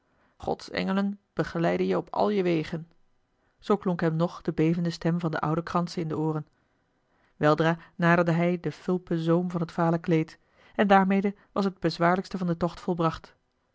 gods engelen begeleiden je op al je wegen zoo klonk hem nog de bevende stem van den ouden kranse in de ooren weldra naderde hij den fulpen zoom van het vale kleed en daarmede was het bezwaarlijkste van den tocht volbracht